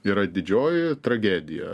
yra didžioji tragedija